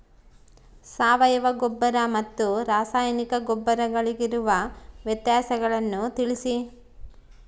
ಸಾವಯವ ಗೊಬ್ಬರ ಮತ್ತು ರಾಸಾಯನಿಕ ಗೊಬ್ಬರಗಳಿಗಿರುವ ವ್ಯತ್ಯಾಸಗಳನ್ನು ತಿಳಿಸಿ?